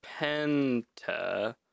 penta